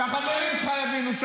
שהחברים שלך יבינו.